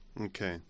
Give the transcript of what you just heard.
Okay